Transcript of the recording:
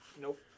Nope